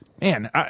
Man